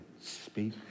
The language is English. speak